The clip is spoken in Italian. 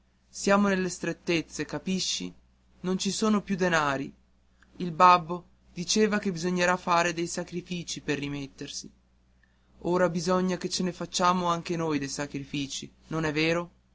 siamo nelle strettezze capisci non ci sono più denari il babbo diceva che bisognerà fare dei sacrifici per rimettersi ora bisogna che ne facciamo anche noi dei sacrifici non è vero